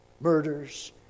murders